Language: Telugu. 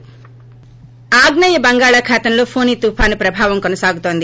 బ్రేక్ ఆగ్నేయ బంగాళాఖాతంలో ఫొని తుపాను ప్రభావం కొనసాగుతోంది